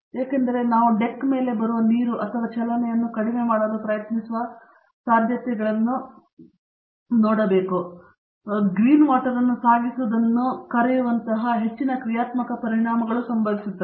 ಏಕೆಂದರೆ ನಾವು ಡೆಕ್ ಮೇಲೆ ಬರುವ ನೀರು ಅಥವಾ ಚಲನೆಯನ್ನು ಕಡಿಮೆ ಮಾಡಲು ಪ್ರಯತ್ನಿಸುವ ಸಾಧ್ಯತೆಗಳನ್ನು ಕಡಿಮೆ ಮಾಡುವ ಮೂಲಕ ಗ್ರೀನ್ ವಾಟರ್ ಅನ್ನು ಸಾಗಿಸುವುದನ್ನು ಕರೆಯುವಂತಹ ಹೆಚ್ಚಿನ ಕ್ರಿಯಾತ್ಮಕ ಪರಿಣಾಮಗಳು ಸಂಭವಿಸುತ್ತವೆ